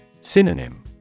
Synonym